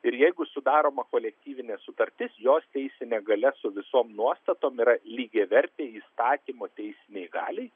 ir jeigu sudaroma kolektyvinė sutartis jos teisinė galia su visom nuostatom yra lygiavertė įstatymo teisinei galiai